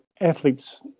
athletes